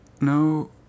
No